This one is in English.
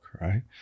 right